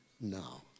now